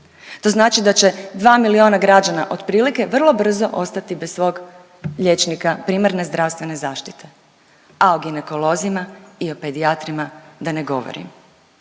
to znači da će dva milijuna građana otprilike vrlo brzo ostati bez svog liječnika primarne zdravstvene zaštite, a o ginekolozima i pedijatrima da ne govorim.